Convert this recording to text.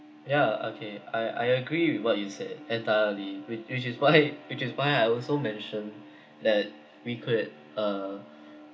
yeah okay I I agree with what you said entirely with which is why which is why I also mentioned that we could uh